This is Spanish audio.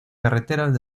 carreteras